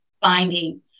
finding